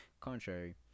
contrary